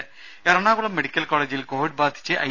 രുദ എറണാകുളം മെഡിക്കൽ കോളേജിൽ കോവിഡ് ബാധിച്ച് ഐ